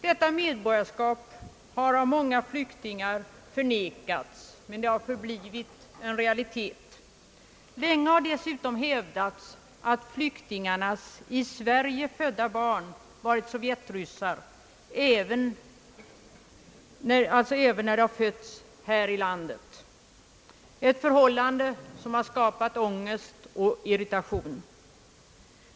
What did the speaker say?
Detta medborgarskap har förnekats av många flyktingar men har förblivit en realitet. Länge har dessutom hävdats att flyktingarnas i Sverige födda barn varit sovjetryssar, ett förhållande som skapat ångest och irritation.